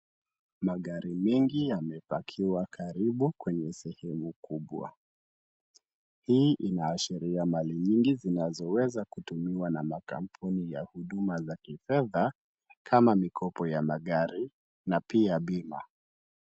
Magari mengi yamepakiwa karibu kwenye sehemu kubwa. Hii inaashiria mali nyingi zinazoweza kutumiwa na makampuni ya huduma za kifedha kama mikopo ya magari na pia bima.